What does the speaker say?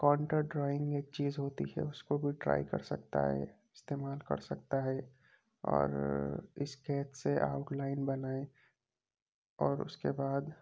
counter drawing ایک چیز ہوتی ہے اس کو بھی ٹرائی کر سکتا ہے استعمال کر سکتا ہے اور اسکیج سے آوٹ لائن بنائے اور اس کے بعد